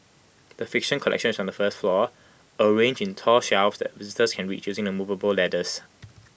the fiction collection is on the first floor arranged in tall shelves that visitors can reach using the movable ladders